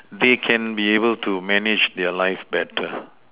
they can be able to manage their life better